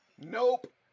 Nope